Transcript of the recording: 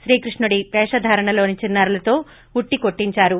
శ్రీకృష్ణుడి పేషధారణలోని చిన్నారులతో ఉట్టికొట్టించారు